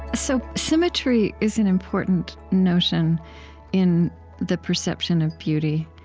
ah so symmetry is an important notion in the perception of beauty,